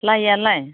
लाइआलाय